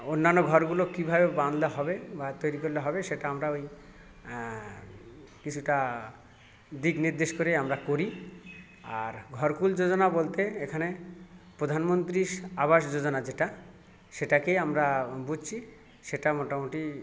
অন্যান্য ঘরগুলো কীভাবে বানাতে হবে বা তৈরি করলে হবে সেটা আমরা ওই কিছুটা দিক নির্দেশ করে আমরা করি আর ঘরকূল যোজনা বলতে এখানে প্রধানমন্ত্রী আবাস যোজনা যেটা সেটাকে আমরা বুঝি সেটা মোটামুটি